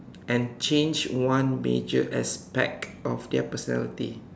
and change one major aspect of their personality